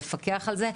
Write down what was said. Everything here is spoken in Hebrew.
לפקח על זה,